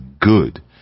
good